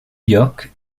york